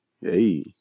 hey